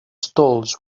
stalls